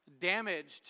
Damaged